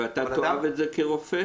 ואתה תאמר את זה כרופא?